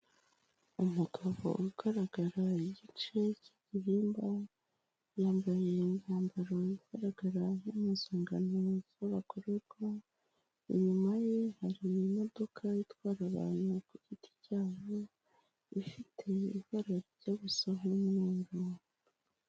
Umugabo ugaragara igice cy'igihimba, yambaye imyambaro igaragara nk'impuzangano z'abagororwa ,inyuma ye hari imodoka itwara abantu ku giti cyabo, ifite ibara rijya gusa n'umweru.